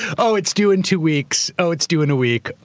oh, it's due in two weeks. oh, it's due in a week.